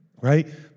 right